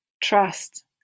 trust